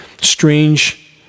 strange